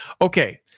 Okay